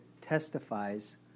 testifies